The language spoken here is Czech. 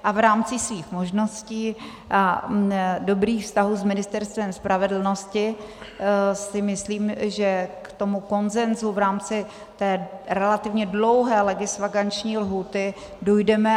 A v rámci svých možností, dobrých vztahů s Ministerstvem spravedlnosti si myslím, že k tomu konsenzu v rámci té relativně dlouhé legisvakanční lhůty dojdeme.